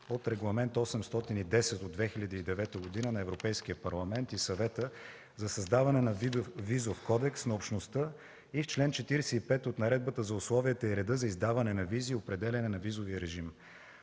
от Регламент 810/2009 г. на Европейския парламент и Съвета за създаване на Визов кодекс на Общността и в чл. 45 от Наредбата за условията и реда за издаване на визи и определяне на визовия режим.